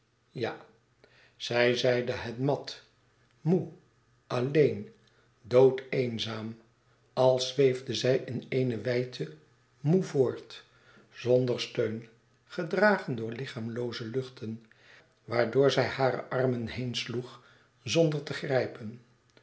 ja zij zeide het mat moê alleen doodeenzaam als zweefde zij in eene wijdte moê voort zonder steun gedragen door lichaamlooze luchten waardoor zij hare armen heen sloeg zonder te grijpen